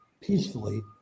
peacefully